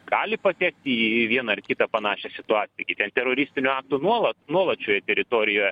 gali patekti į į vieną ar kitą panašią situaciją taigi ten teroristinių aktų nuolat nuolat šioje teritorijoje